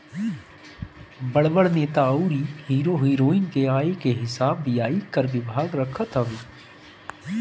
बड़ बड़ नेता अउरी हीरो हिरोइन के आय के हिसाब भी आयकर विभाग रखत हवे